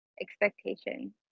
expectation